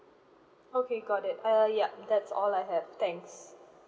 okay got it uh yup that's all I have thanks